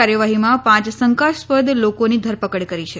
કાર્યવાહીમાં પાંચ શંકાસ્પદ લોકોની ધરપકડ કરી છે